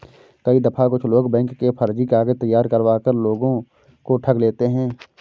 कई दफा कुछ लोग बैंक के फर्जी कागज तैयार करवा कर लोगों को ठग लेते हैं